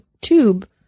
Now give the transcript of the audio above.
tube